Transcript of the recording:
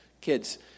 kids